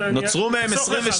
נוצרו מהם 22. אני אחסוך לך.